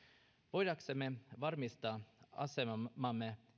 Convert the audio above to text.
voidaksemme varmistaa asemamme